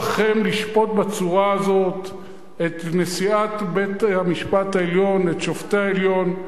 לא לכם לשפוט בצורה הזאת את נשיאת בית-המשפט העליון ואת שופטי העליון.